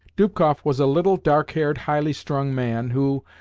dubkoff was a little dark-haired, highly-strung man who,